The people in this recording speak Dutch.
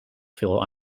veel